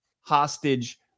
hostage